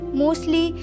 mostly